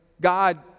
God